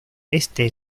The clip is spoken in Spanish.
este